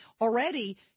already